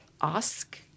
ask